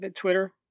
twitter